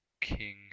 King